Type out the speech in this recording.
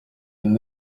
cyose